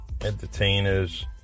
entertainers